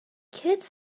kids